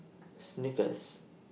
Snickers